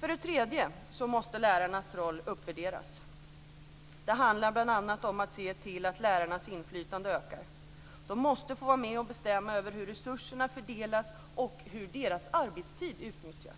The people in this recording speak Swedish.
För det tredje måste lärarnas roll uppvärderas. Det handlar bl.a. om att se till att lärarnas inflytande ökar. De måste få vara med och bestämma över hur resurserna fördelas och hur deras arbetstid utnyttjas.